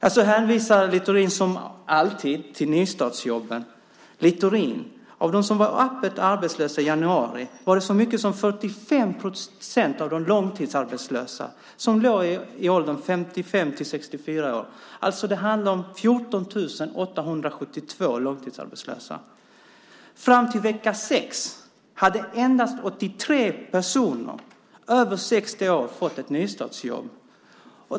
Här hänvisar Littorin som alltid till nystartsjobben. Av dem som var öppet arbetslösa i januari var det så många som 45 procent av de långtidsarbetslösa som var i åldern 55-64 år, Littorin. Det handlar om 14 872 långtidsarbetslösa. Fram till vecka 6 hade endast 83 personer över 60 år fått ett nystartsjobb.